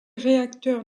réacteurs